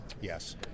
Yes